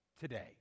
today